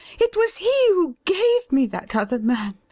it was he who gave me that other man,